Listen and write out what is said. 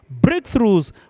breakthroughs